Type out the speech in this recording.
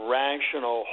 rational